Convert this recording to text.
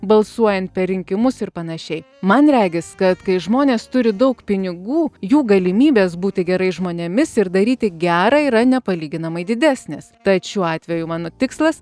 balsuojant per rinkimus ir panašiai man regis kad kai žmonės turi daug pinigų jų galimybės būti gerais žmonėmis ir daryti gerą yra nepalyginamai didesnės tad šiuo atveju mano tikslas